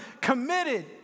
committed